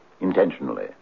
intentionally